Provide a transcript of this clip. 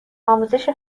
آموزش